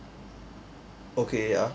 okay ya